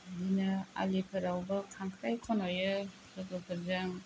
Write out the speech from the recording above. बिदिनो आलिफोरावबो खांख्राइ खनहैयो लोगोफोरजों